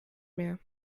mehr